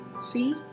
See